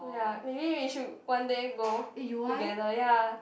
ya maybe we should one day go together ya